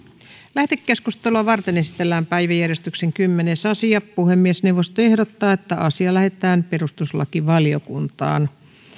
lähetekeskustelua varten esitellään päiväjärjestyksen kymmenes asia puhemiesneuvosto ehdottaa että asia lähetetään perustuslakivaliokuntaan